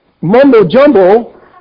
mumbo-jumbo